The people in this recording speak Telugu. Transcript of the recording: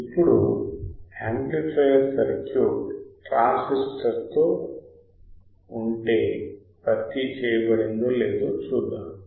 ఇప్పుడు యాంప్లిఫయర్ సర్క్యూట్ ట్రాన్సిస్టర్లో ఉంటే భర్తీ చేయబడిందో లేదో చూద్దాం